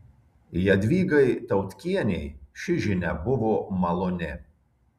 jadvygai tautkienei ši žinia buvo maloni